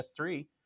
S3